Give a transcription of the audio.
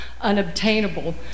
unobtainable